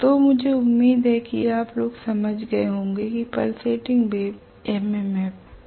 तो मुझे उम्मीद है कि आप लोग समझ गए होंगे कि पल्सेटिंग MMF वेव या स्टैंडिंग MMF वेव क्या है